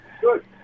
Good